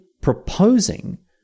proposing